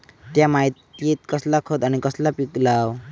त्या मात्येत कसला खत आणि कसला पीक लाव?